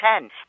ten